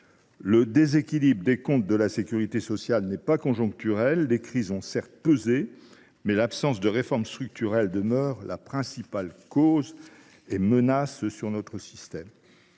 le déséquilibre des comptes de la sécurité sociale n’est pas conjoncturel. Les crises ont certes pesé, mais l’absence de réformes structurelles demeure la principale menace pesant sur notre système.